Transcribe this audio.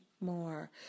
more